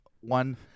One